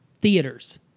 theaters